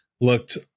looked